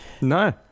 No